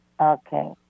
Okay